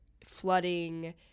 Flooding